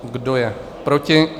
Kdo je proti?